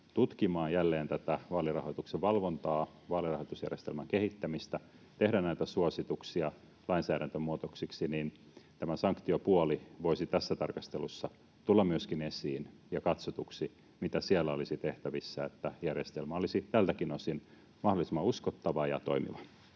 tutkimaan jälleen tätä vaalirahoituksen valvontaa, vaalirahoitusjärjestelmän kehittämistä, tehdä näitä suosituksia lainsäädäntömuutoksiksi, niin myöskin tämä sanktiopuoli voisi tässä tarkastelussa tulla esiin ja katsotuksi, mitä siellä olisi tehtävissä, että järjestelmä olisi tältäkin osin mahdollisimman uskottava ja toimiva.